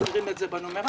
מסדרים את זה בנומרטור,